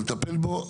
צריך לטפל בו.